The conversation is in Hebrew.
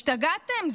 השתגעתם?